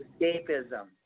Escapism